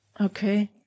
Okay